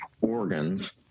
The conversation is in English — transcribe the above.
organs